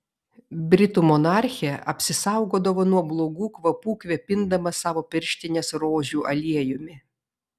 britų monarchė apsisaugodavo nuo blogų kvapų kvėpindama savo pirštines rožių aliejumi